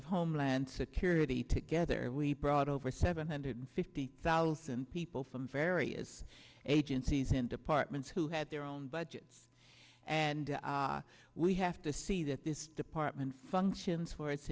of homeland security together we brought over seven hundred fifty thousand people from various agencies and departments who had their own budgets and we have to see that this department functions